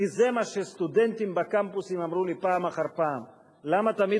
זה מה שסטודנטים בקמפוס אמרו לי פעם אחר פעם: למה תמיד